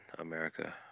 america